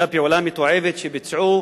אותה פעולה מתועבת שביצעו